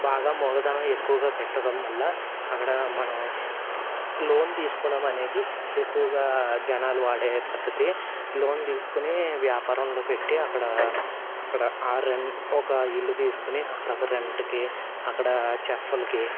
బాగా మూలధనం ఎక్కువగా పెట్టడం వల్ల అక్కడ మనం లోన్ తీసుకోవడం అనేది ఎక్కువగా జనాలు వాడే పద్ధతి లోన్ తీసుకుని వ్యాపారంలో పెట్టి అక్కడ అక్కడ ఆ రెన్ ఒక ఇల్లు తీసుకుని అక్కడక్క రెంట్కి అక్కడ చెఫ్లకు